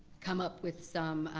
come up with some,